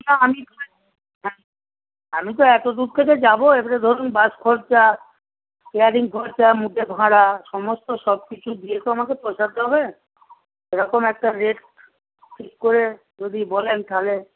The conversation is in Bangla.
না আমি আমি তো এতদূর থেকে যাব এবারে ধরুন বাস খরচা স্টেয়ারিং খরচা মুটে ভাড়া সমস্ত সব কিছু দিয়ে তো আমাকে পোষাতে হবে এরকম একটা রেট ঠিক করে যদি বলেন তাহলে